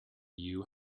you